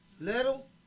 Little